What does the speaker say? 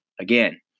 again